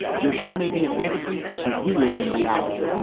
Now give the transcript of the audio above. your show may be a fantasy, but we live in reality.